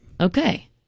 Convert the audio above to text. Okay